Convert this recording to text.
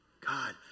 God